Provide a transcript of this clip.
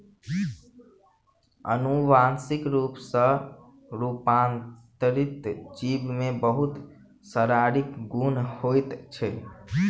अनुवांशिक रूप सॅ रूपांतरित जीव में बहुत शारीरिक गुण होइत छै